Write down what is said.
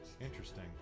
Interesting